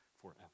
forever